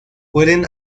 pueden